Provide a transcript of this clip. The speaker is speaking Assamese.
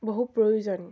বহু প্ৰয়োজন